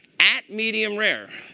at medium rare,